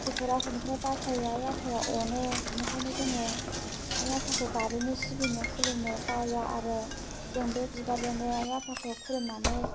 खैफोद आफोदनिफ्राय बासायो आइ आफाया अनो बेनिखायनो जोङो आइ आफाखौ गाबज्रिनो सिबिनो खुलुमनो बावा आरो जों बे बिबारजोंनो आइ आफाखौ खुलुमनानै